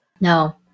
No